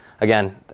again